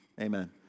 amen